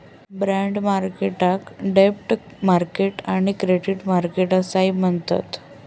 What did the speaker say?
bond मार्केटाक डेब्ट market किंवा क्रेडिट मार्केट असाही म्हणतत